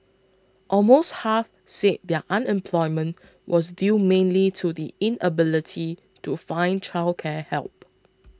almost half said their unemployment was due mainly to the inability to find childcare help